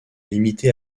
limité